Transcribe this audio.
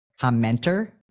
commenter